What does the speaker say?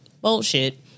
bullshit